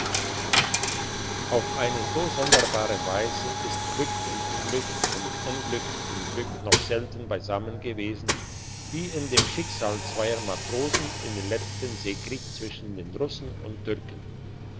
auf eine so sonderbare weise ist glück im unglück und unglück im glück noch selten beisammen gewesen wie in dem schicksal zweier matrosen in dem letzten seekrieg zwischen den russen und türken